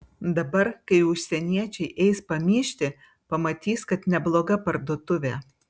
dabar kai užsieniečiai eis pamyžti pamatys kad nebloga parduotuvė